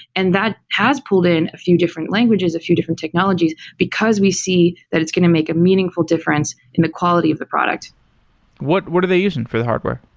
and that has pulled in a few different languages, a few different technologies, because we see that it's going to make a meaningful difference in the quality of the product what what are they using for the hardware?